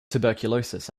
tuberculosis